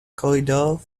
corridors